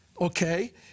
okay